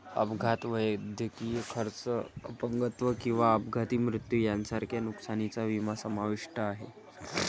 अपघात, वैद्यकीय खर्च, अपंगत्व किंवा अपघाती मृत्यू यांसारख्या नुकसानीचा विमा समाविष्ट आहे